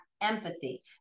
empathy